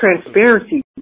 Transparency